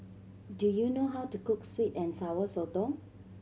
do you know how to cook sweet and Sour Sotong